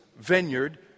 vineyard